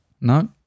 No